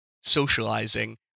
socializing